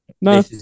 No